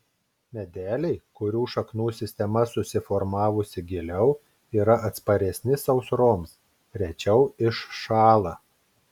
medeliai kurių šaknų sistema susiformavusi giliau yra atsparesni sausroms rečiau iššąla